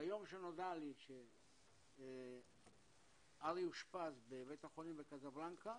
ביום שנודע לי שארי אושפז בבית החולים בקזבלנקה,